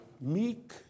meek